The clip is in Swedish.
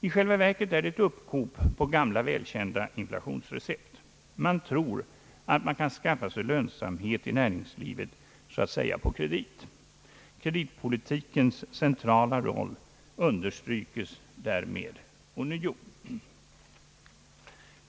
I själva verket är det ett uppkok av välkända inflationsrecept. Man tror sig kunna uppnå lönsamhet inom näringslivet på kredit så att säga. Kreditpolitikens centrala roll understrykes därmed ånyo.